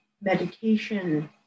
meditation